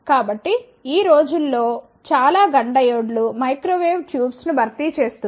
కాబట్టి ఈ రోజుల్లో చాలా GUNN డయోడ్లు మైక్రోవేవ్ ట్యూబ్స్ ను భర్తీ చేస్తున్నాయి